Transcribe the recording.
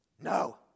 No